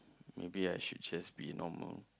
maybe I should just be normal